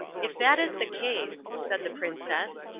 if that is the case, said the princess,